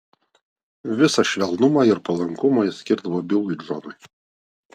visą švelnumą ir palankumą jis skirdavo bilui džonui